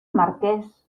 marqués